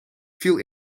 viel